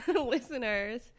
listeners